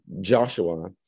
Joshua